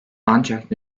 ancak